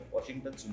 Washington